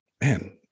man